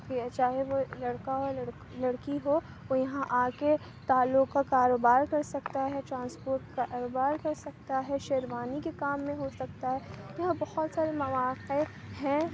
پھر چاہے وہ لڑکا ہو یا لڑکی ہو وہ یہاں آکے تالوں کا کاروبار کر سکتا ہے ٹرانسپورٹ کا کاروبار کر سکتا ہے شیروانی کے کام میں ہو سکتا ہے تو بہت سارے مواقع ہیں